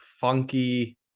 funky